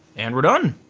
and we're done.